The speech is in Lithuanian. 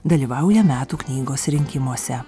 dalyvauja metų knygos rinkimuose